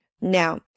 Now